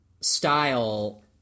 style